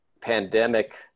pandemic